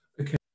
Okay